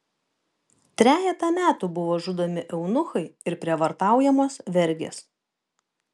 trejetą metų buvo žudomi eunuchai ir prievartaujamos vergės